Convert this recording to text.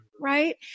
right